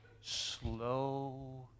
slow